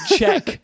Check